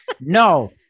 no